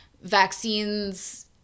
vaccines